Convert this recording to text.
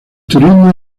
turismo